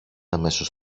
αμέσως